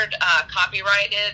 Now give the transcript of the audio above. copyrighted